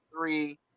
three